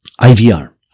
IVR